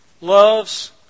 loves